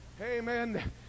amen